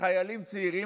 חיילים צעירים,